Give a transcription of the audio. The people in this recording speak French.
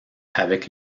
avec